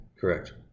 Correct